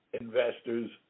investors